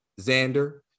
Xander